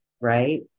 Right